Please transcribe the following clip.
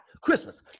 Christmas